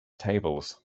tables